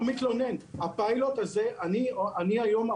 מה שהיה מקובל הוא שלא מבצעים את הפעולה הזאת שאין בו גיבוי נוירו